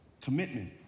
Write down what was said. Commitment